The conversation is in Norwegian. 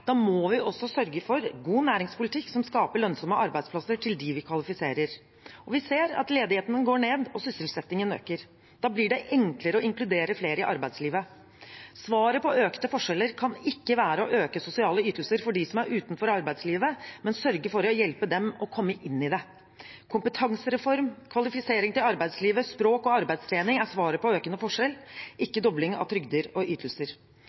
vi kvalifiserer. Vi ser at ledigheten går ned og sysselsettingen øker. Da blir det enklere å inkludere flere i arbeidslivet. Svaret på økte forskjeller kan ikke være å øke sosiale ytelser for dem som er utenfor arbeidslivet, men sørge for å hjelpe dem å komme inn i det. Kompetansereform, kvalifisering til arbeidslivet, språk og arbeidstrening er svaret på økende forskjeller, ikke dobling av trygder og ytelser.